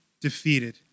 defeated